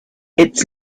its